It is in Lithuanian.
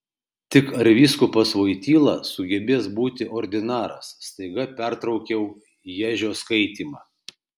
tik ar vyskupas voityla sugebės būti ordinaras staiga pertraukiau ježio skaitymą